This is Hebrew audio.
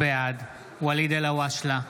בעד ואליד אלהואשלה,